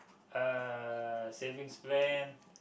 uh savings plan